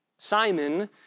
Simon